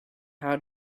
how